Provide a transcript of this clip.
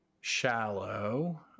shallow